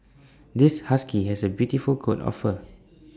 this husky has A beautiful coat of fur